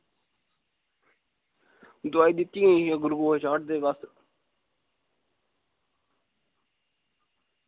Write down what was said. दोआई दित्ती नी ही गुलकोस चाढ़दे हे बस